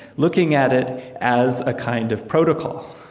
looking at it as a kind of protocol,